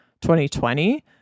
2020